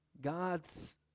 God's